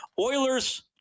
oilers